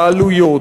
העלויות,